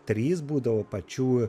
trys būdavo pačių